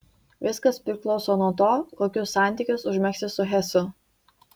viskas priklauso nuo to kokius santykius užmegsi su hesu